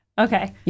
Okay